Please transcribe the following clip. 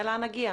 ונראה לאן נגיע.